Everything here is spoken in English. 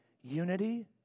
unity